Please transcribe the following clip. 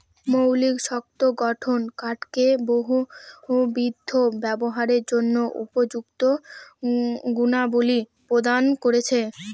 মৌলিক শক্ত গঠন কাঠকে বহুবিধ ব্যবহারের জন্য উপযুক্ত গুণাবলী প্রদান করেছে